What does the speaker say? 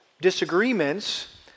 disagreements